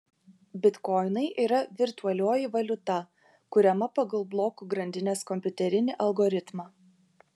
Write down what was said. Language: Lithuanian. bitkoinai yra virtualioji valiuta kuriama pagal blokų grandinės kompiuterinį algoritmą